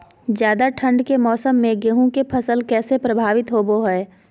ज्यादा ठंड के मौसम में गेहूं के फसल कैसे प्रभावित होबो हय?